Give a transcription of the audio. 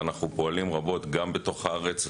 אנחנו פועלים רבות בתוך הארץ,